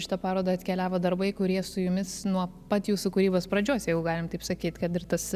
šitą parodą atkeliavo darbai kurie su jumis nuo pat jūsų kūrybos pradžios jeigu galim taip sakyt kad ir tas